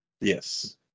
yes